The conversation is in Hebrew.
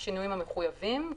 בשינויים המחויבים,